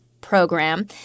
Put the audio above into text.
program